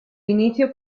inicio